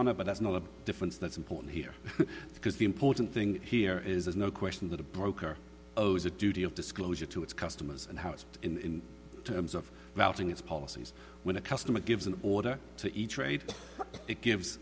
honor but that's not a difference that's important here because the important thing here is there's no question that a broker owes a duty of disclosure to its customers and house in terms of routing its policies when a customer gives an order to each trade it gives